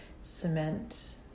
cement